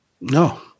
No